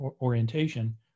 orientation